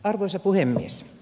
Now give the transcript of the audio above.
arvoisa puhemies